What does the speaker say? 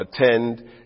attend